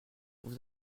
vous